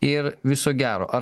ir viso gero ar